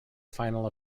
final